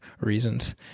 reasons